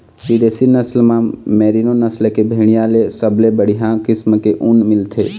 बिदेशी नसल म मेरीनो नसल के भेड़िया ले सबले बड़िहा किसम के ऊन मिलथे